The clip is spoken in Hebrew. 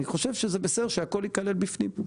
אני חושב שזה בסדר שהכול ייכלל בפנים.